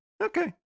Okay